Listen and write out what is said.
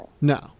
No